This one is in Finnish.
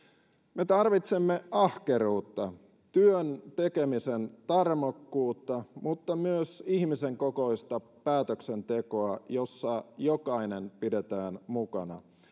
me tarvitsemme ahkeruutta työn tekemisen tarmokkuutta mutta myös ihmisen kokoista päätöksentekoa jossa jokainen pidetään mukana